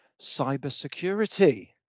cybersecurity